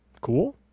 Cool